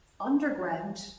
underground